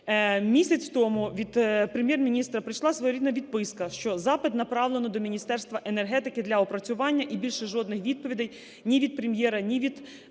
Місяць-тому від Прем’єр-міністра прийшла своєрідна відписка, що запит направлено до Міністерства енергетики для опрацювання. І більше жодних відповідей ні від Прем’єра, ні від